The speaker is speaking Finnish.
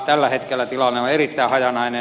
tällä hetkellä tilanne on erittäin hajanainen